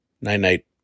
Night-night